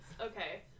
Okay